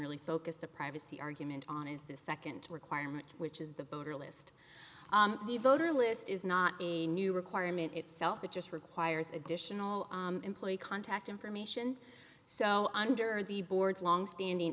really focus the privacy argument on is the second requirement which is the voter list the voter list is not a new requirement itself it just requires additional employee contact information so under the board's longstanding